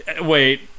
Wait